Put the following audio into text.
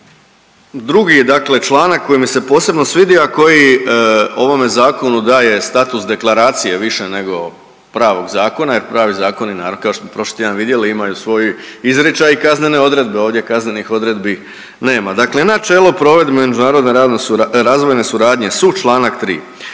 drugi članak koji mi se posebno svidio, a koji ovome zakonu daje status deklaracije više nego pravog zakona jer pravi zakoni kao što smo prošli tjedan vidjeli imaju svoj izričaj i kaznene odredbe, ovdje kaznenih odredbi nema, dakle „Načelo provedbe međunarodne razvojne suradnje su“ članak 3.